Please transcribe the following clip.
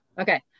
Okay